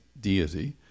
deity